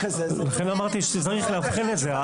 לכן אמרתי שצריך לאבחן את זה,